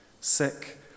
sick